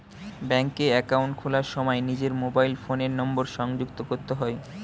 ব্যাঙ্কে অ্যাকাউন্ট খোলার সময় নিজের মোবাইল ফোনের নাম্বার সংযুক্ত করতে হয়